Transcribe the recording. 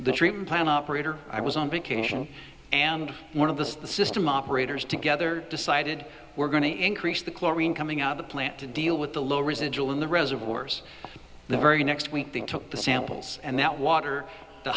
the treatment plant operator i was on vacation and one of the system operators together decided we're going to increase the chlorine coming out of the plant to deal with the low residual in the reservoirs the very next week they took the samples and that water the